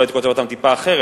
אולי הייתי כותב אותן טיפה אחרת,